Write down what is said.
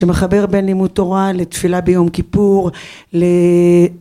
שמחבר בין לימוד תורה לתפילה ביום כיפור ל...